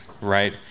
right